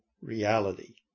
reality